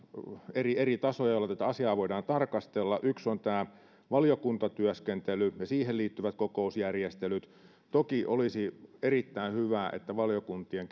eri eri tasoja joilla tätä asiaa voidaan tarkastella yksi on tämä valiokuntatyöskentely ja siihen liittyvät kokousjärjestelyt toki olisi erittäin hyvä että valiokuntien